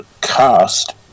cast